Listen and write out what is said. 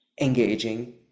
engaging